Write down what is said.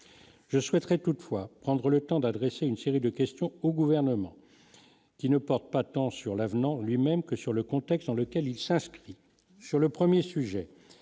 je souhaiterais toutefois prendre le temps d'adresser une série de questions au gouvernement, qui ne porte pas tant sur l'avenant lui-même que sur le contexte dans lequel il s'inscrit sur le 1er sujet